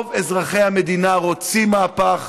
רוב אזרחי המדינה רוצים מהפך.